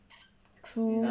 true